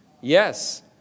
Yes